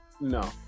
no